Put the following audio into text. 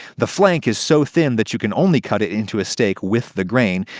the flank is so thin that you can only cut it into a steak with the grain,